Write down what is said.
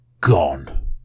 gone